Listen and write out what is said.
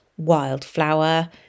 wildflower